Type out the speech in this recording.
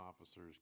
officers